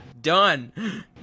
done